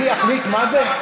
מי יחליט מה זה?